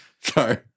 Sorry